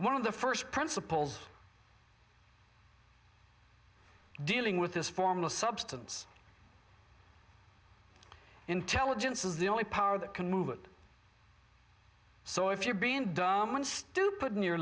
one of the first principles dealing with this form of substance intelligence is the only power that can move it so if you're being dumb one stupid